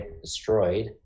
destroyed